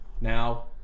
Now